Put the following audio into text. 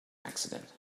accident